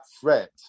threat